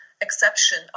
exception